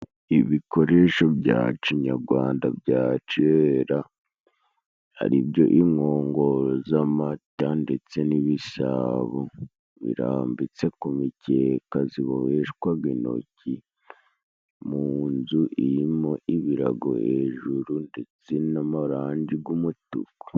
Ibikoresho bya cinyagwanda bya cera, ari byo: inkongoro z'amata ndetse n'ibisabo birambitse ku mikeka ziboheshwaga intoki, mu nzu irimo ibirago hejuru ndetse n'amarangi gw'umutuku.